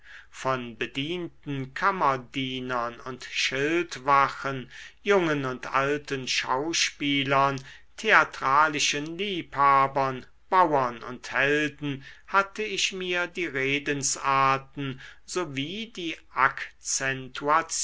von bedienten kammerdienern und schildwachen jungen und alten schauspielern theatralischen liebhabern bauern und helden hatte ich mir die redensarten sowie die